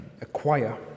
acquire